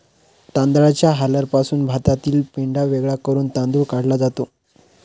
तांदळाच्या हलरपासून भातातील पेंढा वेगळा करून तांदूळ काढला जातो